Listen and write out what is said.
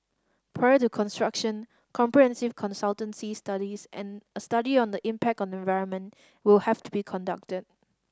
prior to construction comprehensive consultancy studies and a study on the impact on environment will have to be conducted